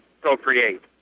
procreate